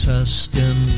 Tuscan